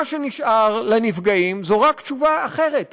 מה שנשאר לנפגעים זה רק תשובה אחרת,